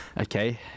Okay